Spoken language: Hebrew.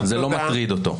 זה לא מטריד אותו.